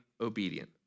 obedient